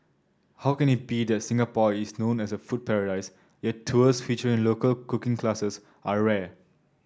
how can it be that Singapore is known as a food paradise yet tours featuring local cooking classes are rare